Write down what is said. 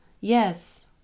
Yes